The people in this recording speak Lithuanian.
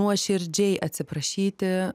nuoširdžiai atsiprašyti